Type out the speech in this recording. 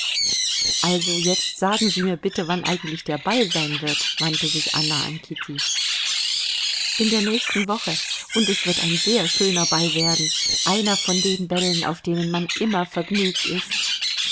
also jetzt sagen sie mir bitte wann eigentlich der ball sein wird wandte sich anna an kitty in der nächsten woche und es wird ein sehr schöner ball werden einer von den bällen auf denen man immer vergnügt ist